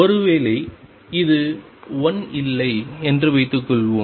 ஒருவேளை இது 1 இல்லை என்று வைத்துக்கொள்வோம்